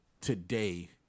today